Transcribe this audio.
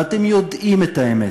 ואתם יודעים את האמת.